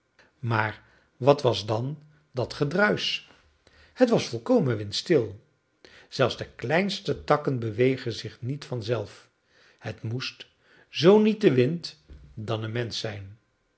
maar wat was dan dat gedruisch het was volkomen windstil zelfs de kleinste takken bewegen zich niet vanzelf het moest zoo niet de wind dan een mensch zijn